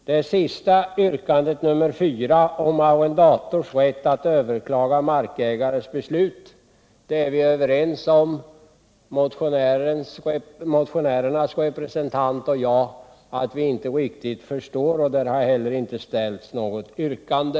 Det sista yrkandet, nr 4, om arrendators rätt aut överklaga markägarens beslut, är motionärernas representant och jag överens om att vi inte riktigt förstår. Där har emellertid inte heller ställts något yrkande.